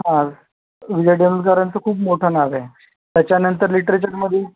हां विजय तेंडुलकरांचं खूप मोठं नाव आहे त्याच्यानंतर लिट्रेचरमध्ये